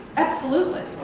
absolutely.